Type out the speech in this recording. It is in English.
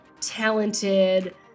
talented